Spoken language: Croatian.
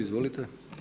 Izvolite.